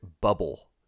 bubble